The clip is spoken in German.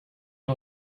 den